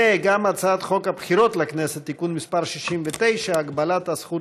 הצעת חוק הבחירות לכנסת (תיקון מס' 69) (הגבלת הזכות